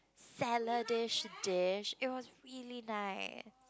salad dish dish it was really nice